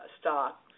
stock